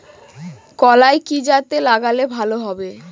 কলাই কি জাতে লাগালে ভালো হবে?